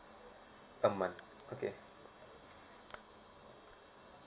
a month okay